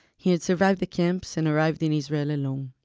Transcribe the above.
he had survived the camps and arrived in israel alone,